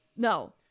No